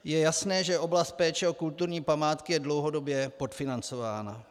Je jasné, že oblast péče o kulturní památky je dlouhodobě podfinancována.